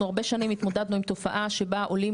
אנחנו הרבה שנים התמודדנו עם תופעה שבה עולים